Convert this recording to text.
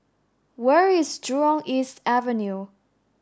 where is Jurong East Avenue